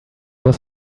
was